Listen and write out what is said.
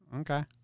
Okay